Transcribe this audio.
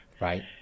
Right